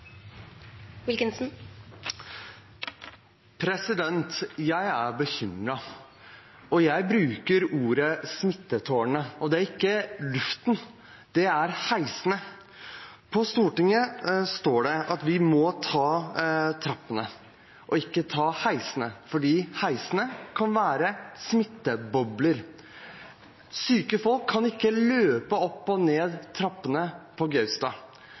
På Stortinget står det at vi må ta trappene og ikke heisene, fordi heisene kan være smittebobler. Syke folk kan ikke løpe opp og ned trappene på Gaustad.